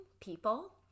people